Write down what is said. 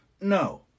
No